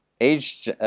age